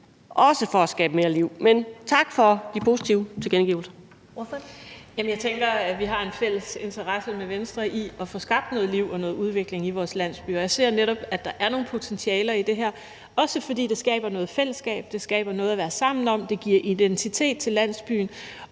14:55 Karina Lorentzen Dehnhardt (SF): Jamen jeg tænker, at vi har en fælles interesse med Venstre i at få skabt noget liv og noget udvikling i vores landsbyer. Jeg ser netop, at der er nogle potentialer i det her, også fordi det skaber noget fællesskab. Det skaber noget at være samme om. Det giver identitet til landsbyen,